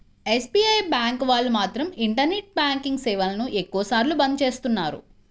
SBI bank వాళ్ళు మాత్రం internet banking సేవలను ఎక్కువ సార్లు బంద్ చేస్తున్నారు